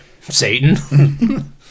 Satan